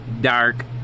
dark